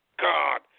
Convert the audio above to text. God